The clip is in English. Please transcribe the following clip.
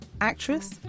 actress